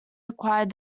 required